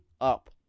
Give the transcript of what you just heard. up